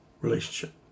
relationship